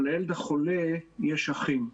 אבל לילד החולה יש אחים.